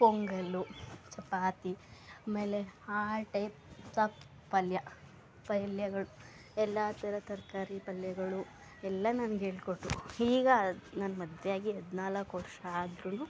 ಪೊಂಗಲು ಚಪಾತಿ ಆಮೇಲೆ ಆರು types of ಪಲ್ಯ ಪಲ್ಯಗಳು ಎಲ್ಲ ಥರ ತರಕಾರಿ ಪಲ್ಯಗಳು ಎಲ್ಲ ನನಗೆ ಹೇಳಿಕೊಟ್ರು ಈಗ ನನ್ನ ಮದುವೆಯಾಗಿ ಹದ್ನಾಲ್ಕು ವರ್ಷ ಆದರೂ